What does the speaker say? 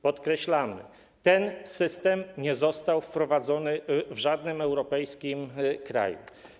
Podkreślamy: ten system nie został wprowadzony w żadnym europejskim kraju.